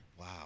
Wow